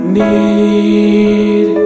need